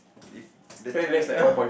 if the thing